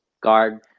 guard